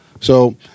so-